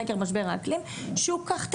חקר משבר האקלים שוק קח ותן,